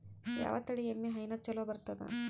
ಯಾವ ತಳಿ ಎಮ್ಮಿ ಹೈನ ಚಲೋ ಬರ್ತದ?